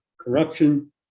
corruption